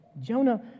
Jonah